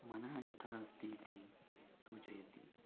मनः यथा अस्ति इति सूचयति